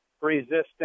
resistance